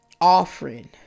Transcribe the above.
Offering